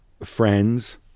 friends